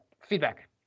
Feedback